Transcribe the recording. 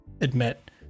admit